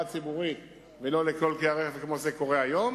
ציבורית ולא לכל כלי הרכב כמו שקורה היום,